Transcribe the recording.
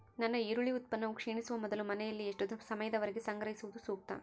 ನನ್ನ ಈರುಳ್ಳಿ ಉತ್ಪನ್ನವು ಕ್ಷೇಣಿಸುವ ಮೊದಲು ಮನೆಯಲ್ಲಿ ಎಷ್ಟು ಸಮಯದವರೆಗೆ ಸಂಗ್ರಹಿಸುವುದು ಸೂಕ್ತ?